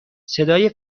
صدای